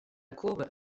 courbe